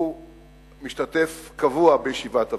הוא משתתף קבוע בישיבות הוועדה.